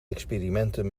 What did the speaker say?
experimenten